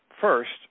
first